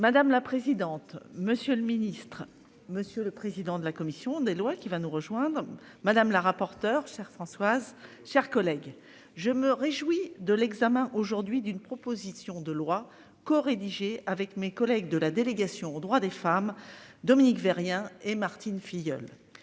Madame la présidente, monsieur le ministre, monsieur le président de la commission des lois qui va nous rejoindre madame la rapporteure chers Françoise chers collègues, je me réjouis de l'examen aujourd'hui d'une proposition de loi corédigé avec mes collègues de la délégation aux droits des femmes. Dominique Vérien et Martine Filleul